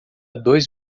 dois